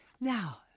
Now